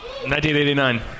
1989